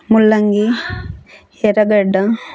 ముల్లంగి ఎర్రగడ్డ